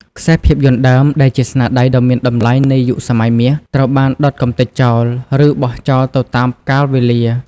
ខ្សែភាពយន្តដើម ដែលជាស្នាដៃដ៏មានតម្លៃនៃយុគសម័យមាស ត្រូវបានដុតកម្ទេចចោល ឬបោះចោលទៅតាមកាលវេលា។